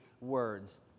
words